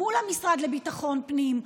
מול המשרד לביטחון פנים,